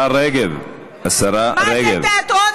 מאל-מידאן עברנו לתיאטרון